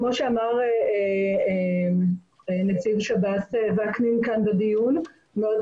כמו שאמר נציב שב"ס וקנין בדיון ואני מאוד